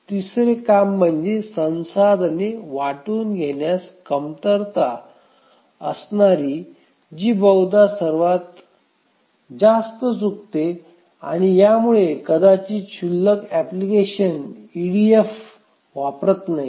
तिसरे काम म्हणजे संसाधने वाटून घेण्यास कमतरता असणारी जी बहुधा सर्वात जास्त चुकते आणि यामुळे कदाचित क्षुल्लक एप्लिकेशन ईडीएफ वापरत नाहीत